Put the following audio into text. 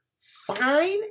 fine